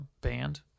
band